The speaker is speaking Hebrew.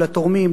לתורמים,